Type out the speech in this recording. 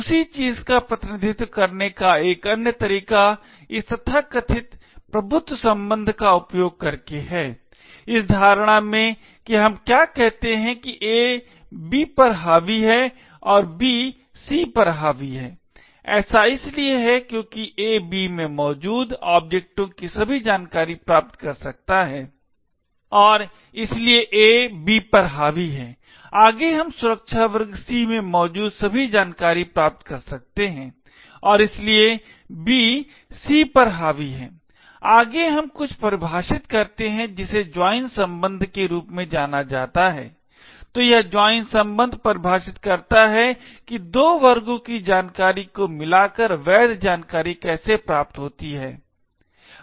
उसी चीज़ का प्रतिनिधित्व करने का एक अन्य तरीका इस तथाकथित प्रभुत्व संबंध का उपयोग करके है इस धारणा में कि हम क्या कहते हैं कि A B पर हावी है और B Cपर हावी है ऐसा इसलिए है क्योंकि A B में मौजूद ओब्जेक्टों की सभी जानकारी प्राप्त कर सकता है और इसलिए A B पर हावी है आगे हम सुरक्षा वर्ग C में मौजूद सभी जानकारी प्राप्त कर सकते हैं और इसलिए B C पर हावी है आगे हम कुछ परिभाषित करते है जिसे ज्वाइन संबंध के रूप में जाना जाता है तो यह ज्वाइन सम्बन्ध परिभाषित करता है कि दो वर्गों की जानकारी को मिलाकर वैध जानकारी कैसे प्राप्त होती है